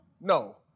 No